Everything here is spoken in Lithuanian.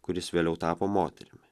kuris vėliau tapo moterimi